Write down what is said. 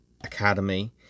Academy